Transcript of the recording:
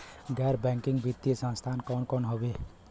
गैर बैकिंग वित्तीय संस्थान कौन कौन हउवे?